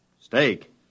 Steak